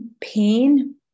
pain